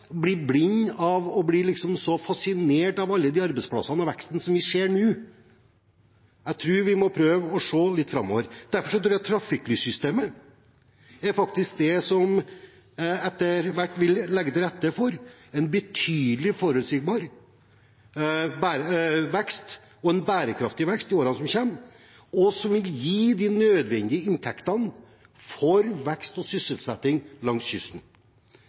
liksom blir blendet av alle de arbeidsplassene og veksten som vi ser nå. Jeg tror vi må prøve å se litt framover. Derfor tror jeg at trafikklyssystemet faktisk er det som etter hvert vil legge til rette for en betydelig, forutsigbar vekst og en bærekraftig vekst i årene som kommer, som vil gi de nødvendige inntektene for vekst og sysselsetting langs kysten.